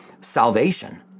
salvation